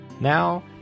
Now